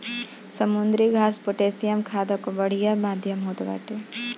समुद्री घास पोटैशियम खाद कअ बढ़िया माध्यम होत बाटे